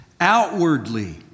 Outwardly